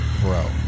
bro